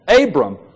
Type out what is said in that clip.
Abram